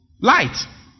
light